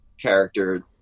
character